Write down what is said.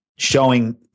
Showing